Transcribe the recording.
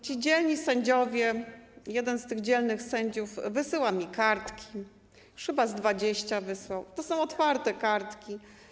Ci dzielni sędziowie, jeden z tych dzielnych sędziów wysyła mi kartki, już chyba ze 20 wysłał, to są otwarte kartki.